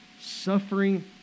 Suffering